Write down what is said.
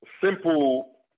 simple